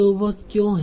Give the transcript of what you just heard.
तो वह क्यों है